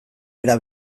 era